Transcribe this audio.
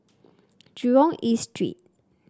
Jurong East Street